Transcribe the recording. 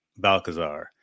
Balcazar